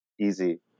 easy